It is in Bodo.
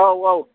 औ औ